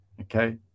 Okay